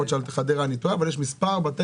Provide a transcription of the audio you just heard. יכול להיות שלגבי חדרה אני טועה אבל יש כמה בתי